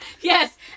Yes